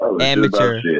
Amateur